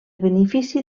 benefici